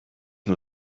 nur